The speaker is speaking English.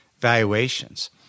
valuations